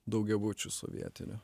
daugiabučių sovietinių